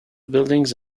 buildings